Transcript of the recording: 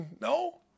no